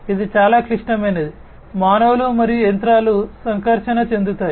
ఇది చాలా క్లిష్టమైనది మానవులు మరియు యంత్రాలు సంకర్షణ చెందుతాయి